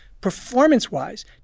performance-wise